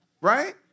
Right